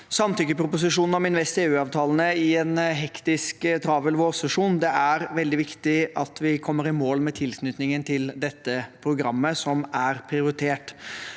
samtykkeproposisjonen om InvestEU-avtalene i en hektisk, travel vårsesjon. Det er veldig viktig at vi kommer i mål med tilknytningen til dette programmet, som er prioritert.